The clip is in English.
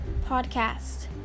podcast